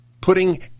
Putting